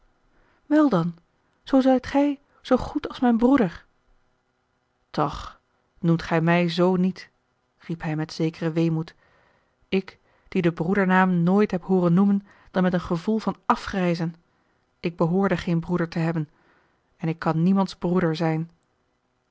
wel dan zoo zijt gij zoo goed als mijn broeder toch noem gij mij z niet riep hij met zekeren weemoed ik die den broedernaam nooit hebt hooren noemen dan met een gevoel van afgrijzen ik behoorde geen broeder te hebben en ik kan niemands broeder zijn